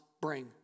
bring